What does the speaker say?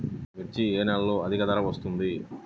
మిర్చి ఏ నెలలో అధిక ధర వస్తుంది?